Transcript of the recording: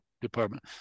department